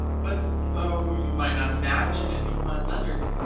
but though you might not imagine it from my letters,